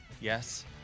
yes